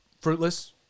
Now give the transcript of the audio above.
fruitless